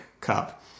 cup